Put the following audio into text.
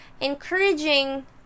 encouraging